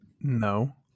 No